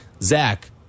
Zach